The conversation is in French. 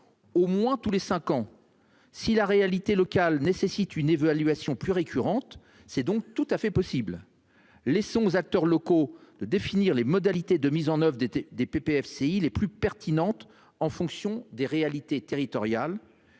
au moins » tous les cinq ans : si la réalité locale nécessite une évaluation plus récurrente, ce sera donc tout à fait possible. Laissons aux acteurs locaux le soin de définir les modalités de mise en oeuvre des PPFCI les plus pertinentes en fonction des réalités territoriales